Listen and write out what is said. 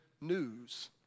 news